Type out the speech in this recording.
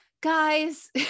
Guys